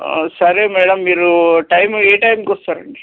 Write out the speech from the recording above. సరే మేడం మీరు టైం ఏ టైంకి వస్తారండి